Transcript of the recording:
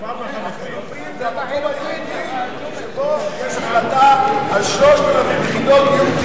החלופין זה המקום היחידי שבו יש החלטה על 3,000 יחידות דיור ציבוריות.